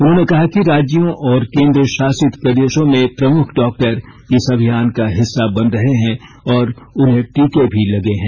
उन्होंने कहा कि राज्यों और केंद्र शासित प्रदेशों में प्रमुख डॉक्टर इस अभियान का हिस्सा बन रहे हैं और उन्हें टीके भी लगे हैं